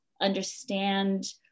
understand